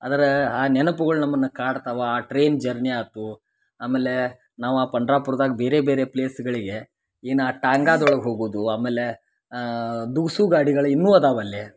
ಅದ್ರಾ ಆ ನೆನಪುಗಳು ನಮ್ಮನ್ನ ಕಾಡ್ತವೆ ಆ ಟ್ರೈನ್ ಜರ್ನಿ ಆತು ಆಮೇಲೆ ನಾವು ಆ ಪಂಡ್ರಾಪುರ್ದಾಗ ಬೇರೆ ಬೇರೆ ಪ್ಲೇಸ್ಗಳಿಗೆ ಏನು ಆ ಟಾಂಗಾದೊಳಗ ಹೋಗುದು ಆಮೇಲೆ ದೂಸೂ ಗಾಡಿಗಳ ಇನ್ನೂ ಅದಾವು ಅಲ್ಲಿ